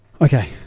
Okay